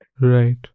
Right